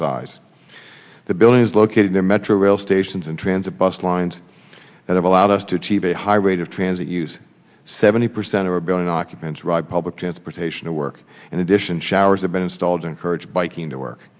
size the building is located near metro rail stations and transit bus lines that have allowed us to achieve a high rate of transit use seventy percent of urban occupants ride public transportation to work in addition showers have been installed encourage biking to work